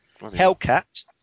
Hellcat